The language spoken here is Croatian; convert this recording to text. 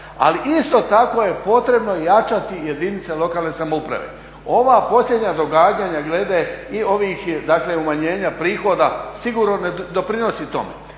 Ali isto tako je potrebno jačati jedinice lokalne samouprave. Ova posljednja događanja glede i ovih, dakle umanjenja prihoda, sigurno ne doprinosi tome.